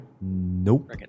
Nope